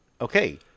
okay